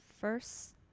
first